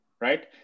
right